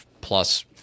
plus